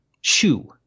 shoe